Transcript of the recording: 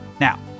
Now